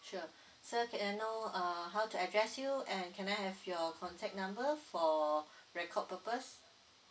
sure sir can I know uh how to address you and can I have your contact number for record purpose